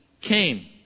came